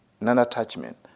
non-attachment